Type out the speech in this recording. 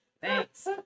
Thanks